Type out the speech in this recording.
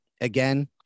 again